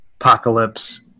apocalypse